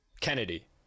Kennedy